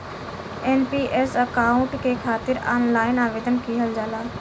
NPS account के खातिर online आवेदन किहल जाला